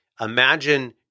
imagine